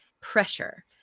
pressure